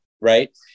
right